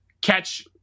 catch